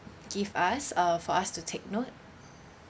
give us uh for us to take note